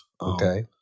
Okay